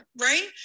Right